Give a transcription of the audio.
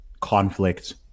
conflict